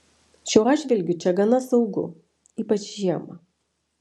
šiuo atžvilgiu čia gana saugu ypač žiemą